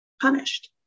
punished